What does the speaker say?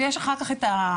ויש אחר כך את החלוקה.